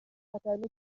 خطرناک